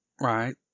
Right